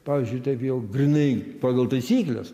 pavyzdžiui taip jau grynai pagal taisykles